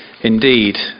Indeed